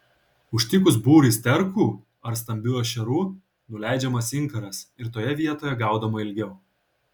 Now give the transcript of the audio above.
užtikus būrį sterkų ar stambių ešerių nuleidžiamas inkaras ir toje vietoje gaudoma ilgiau